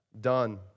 done